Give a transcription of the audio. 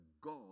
God